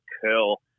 curl